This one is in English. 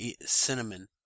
cinnamon